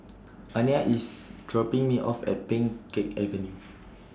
Aniyah IS dropping Me off At Pheng Geck Avenue